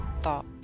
thought